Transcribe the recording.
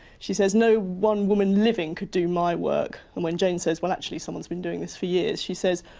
she says, no one woman living could do my work, and when jane says, well, actually someone's been doing this for years, she says,